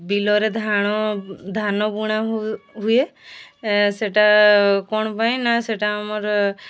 ବିଲରେ ଧାଣ ଧାନ ବୁଣା ହୁଏ ସେଇଟା କ'ଣ ପାଇଁ ନା ସେଇଟା ଆମର